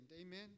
Amen